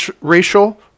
racial